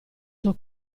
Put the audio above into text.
suo